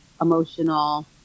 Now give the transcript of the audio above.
emotional